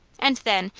and then,